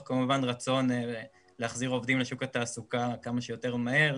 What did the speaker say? רצון להחזיר עובדים לשוק התעסוקה כמה שיותר מהר,